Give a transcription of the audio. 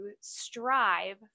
strive